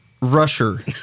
rusher